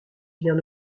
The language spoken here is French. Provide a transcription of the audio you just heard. vient